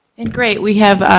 and great we have.